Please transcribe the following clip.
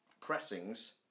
pressings